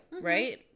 right